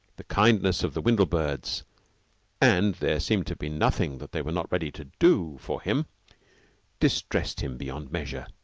the kindness of the windlebirds and there seemed to be nothing that they were not ready to do for him distressed him beyond measure.